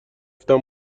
گفتم